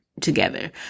together